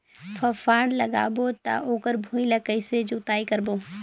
फाफण लगाबो ता ओकर भुईं ला कइसे जोताई करबो?